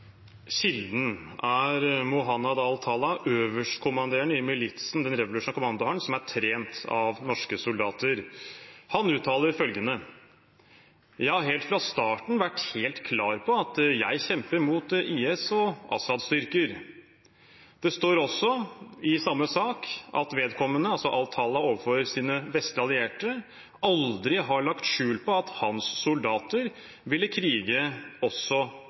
Kilden er Muhannad al-Talla, øverstkommanderende i militsen, den revolusjonære kommandohæren, som er trent av norske soldater. Han uttaler følgende: «Jeg har helt fra starten vært helt klar på at jeg kjemper mot IS og Assad-styrker». Det står også i samme sak at vedkommende, altså al-Talla, overfor sine vestlige allierte aldri har lagt skjul på at hans soldater ville krige også